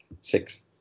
six